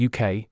UK